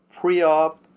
pre-op